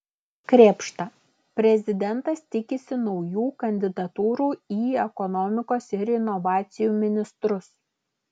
krėpšta prezidentas tikisi naujų kandidatūrų į ekonomikos ir inovacijų ministrus